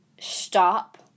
stop